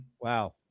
Wow